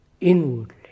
inwardly